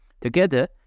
Together